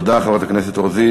תודה, חברת הכנסת רוזין.